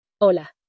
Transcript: Hola